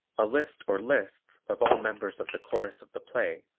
a list or lists of all members of the chorus of the play,